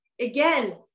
again